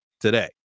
today